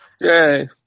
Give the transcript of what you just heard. Yay